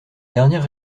dernière